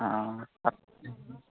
অঁ অঁ